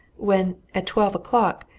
when, at twelve o'clock,